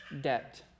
debt